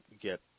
get